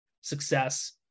success